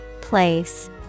Place